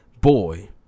Boy